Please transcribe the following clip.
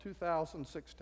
2016